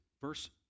Verse